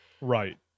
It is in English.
right